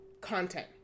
content